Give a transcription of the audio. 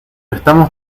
estamos